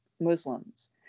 Muslims